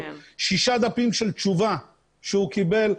שישה דפים של תשובה שהוא קיבל.